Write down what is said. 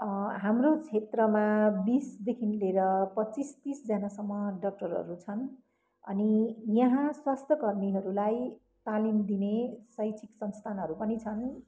हाम्रो क्षेत्रमा बिसदेखि लिएर पच्चिस तिसजनासम्म डक्टरहरू छन् अनि यहाँ स्वास्थ्य कर्मीहरूलाई तालिम दिने शैक्षिक संस्थानहरू पनि छन्